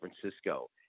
Francisco